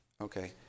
Okay